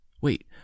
Wait